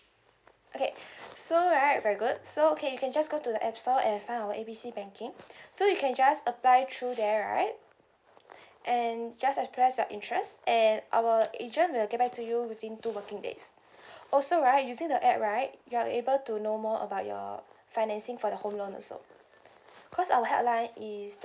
okay so right very good so okay you can just go to the app store and find our A B C banking so you can just apply through there right and just express your interest and our agent will get back to you within two working days also right using the app right you're able to know more about your financing for the home loan also cause our helpline is